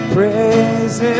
Praise